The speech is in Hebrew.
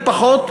מי פחות,